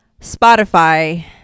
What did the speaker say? spotify